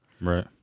Right